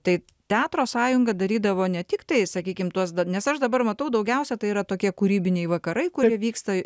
tai teatro sąjunga darydavo ne tiktai sakykim tuos da nes aš dabar matau daugiausiai tai yra tokie kūrybiniai vakarai kurie vyksta